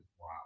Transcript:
wow